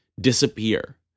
disappear